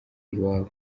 iwabo